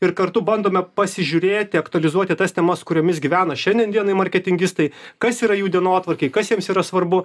ir kartu bandome pasižiūrėti aktualizuoti tas temas kuriomis gyvena šiandien dienai marketingistai kas yra jų dienotvarkė kas jiems yra svarbu